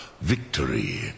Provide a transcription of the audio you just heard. Victory